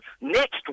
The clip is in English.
next